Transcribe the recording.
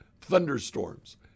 thunderstorms